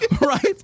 Right